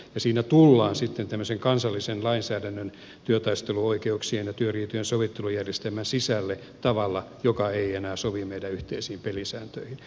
siinä tullaan sitten tämmöisen kansallisen lainsäädännön työtaisteluoikeuksien ja työriitojen sovittelujärjestelmän sisälle tavalla joka ei enää sovi meidän yhteisiin pelisääntöihimme